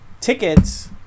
tickets